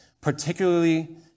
particularly